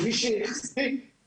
שאנחנו נוכל לבצע את זה.